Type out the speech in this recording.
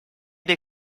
dei